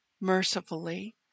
mercifully